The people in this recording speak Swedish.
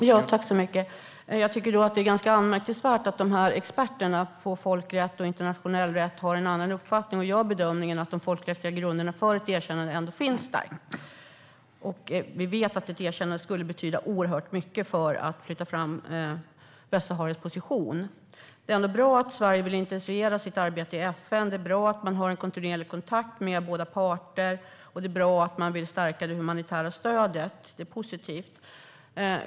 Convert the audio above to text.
Herr talman! Jag tycker att det är ganska anmärkningsvärt att de här experterna på folkrätt och internationell rätt har en annan uppfattning och gör bedömningen att de folkrättsliga grunderna för ett erkännande ändå finns där. Vi vet att ett erkännande skulle betyda oerhört mycket för att flytta fram Västsaharas position. Det är bra att Sverige vill intensifiera sitt arbete i FN. Det är bra att man har en kontinuerlig kontakt med båda parter, och det är bra att man vill stärka det humanitära stödet. Det är positivt.